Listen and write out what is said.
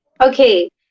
Okay